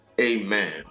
Amen